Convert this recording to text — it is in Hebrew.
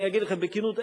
אני אגיד לכם בכנות,